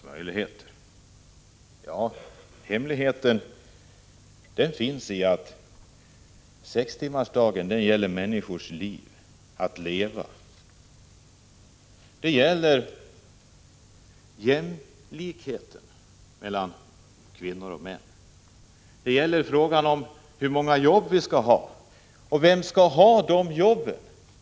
Hemligheten finns att söka i det förhållandet att kravet på sex timmars arbetsdag gäller människors sätt att leva. Det handlar om jämställdhet mellan kvinnor och män. Det handlar om hur många jobb vi skall ha och vilka som skall ha dessa jobb.